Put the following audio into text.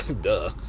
duh